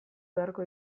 beharko